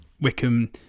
wickham